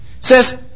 Says